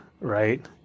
Right